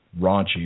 raunchy